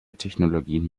technologien